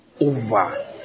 over